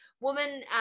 woman